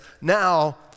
Now